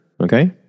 Okay